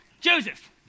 Joseph